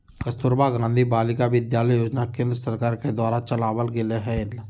कस्तूरबा गांधी बालिका विद्यालय योजना केन्द्र सरकार के द्वारा चलावल गेलय हें